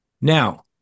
Now